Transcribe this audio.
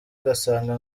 ugasanga